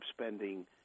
spending